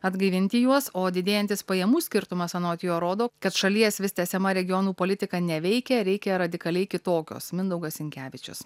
atgaivinti juos o didėjantis pajamų skirtumas anot jo rodo kad šalies vis tęsiama regionų politika neveikia reikia radikaliai kitokios mindaugas sinkevičius